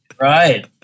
Right